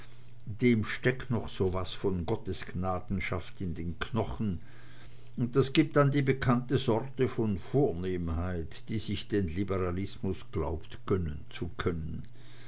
dem steckt noch so was von gottesgnadenschaft in den knochen und das gibt dann die bekannte sorte von vornehmheit die sich den liberalismus glaubt gönnen zu können